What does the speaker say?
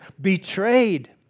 betrayed